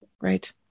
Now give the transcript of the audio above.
Right